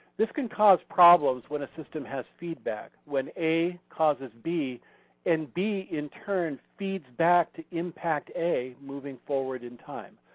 this can cause problems when a system has feedback. when a causes b and b in turn feeds back to impact a moving forward in time.